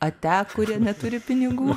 ate kurie neturi pinigų